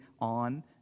on